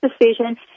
decision